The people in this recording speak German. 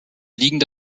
liegende